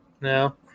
No